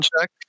check